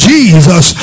Jesus